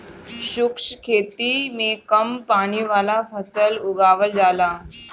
शुष्क खेती में कम पानी वाला फसल उगावल जाला